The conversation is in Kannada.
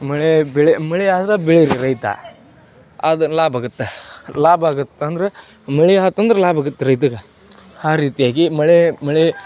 ಮಳೆ ಬೆಳೆ ಮಳೆಯಾದ್ರೆ ಬೆಳೆ ರೈತ ಅದು ಲಾಭಾಗುತ್ತೆ ಲಾಭಾಗುತ್ತೆ ಅಂದರೆ ಮಳೆಯಾತಂದ್ರೆ ಲಾಭಾಗುತ್ತೆ ರೈತಗೆ ಆ ರೀತಿಯಾಗಿ ಮಳೆ ಮಳೆ